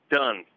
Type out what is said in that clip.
done